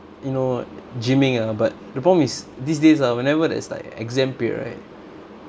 you know gymming ah but the problem is these days ah whatever there's like exam period right